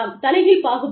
தலைகீழ் பாகுபாடு